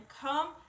come